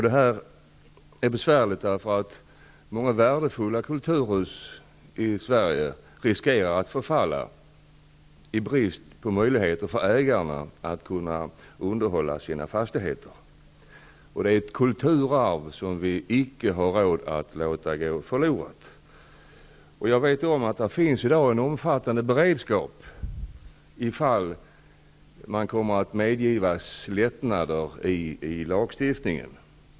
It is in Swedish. Det är besvärligt eftersom många värdefulla kulturhus i Sverige riskerar att förfalla i brist på möjligheter för ägarna att underhålla sina fastigheter. Det är ett kulturarv som vi icke har råd att låta gå förlorat. Jag vet att det i dag finns en omfattande beredskap, om man kommer att ges lättnader i lagstiftningen.